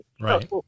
Right